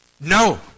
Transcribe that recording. No